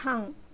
थां